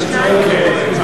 אדוני היושב-ראש,